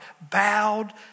bowed